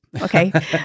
okay